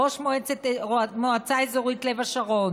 ראש המועצה האזורית לב השרון,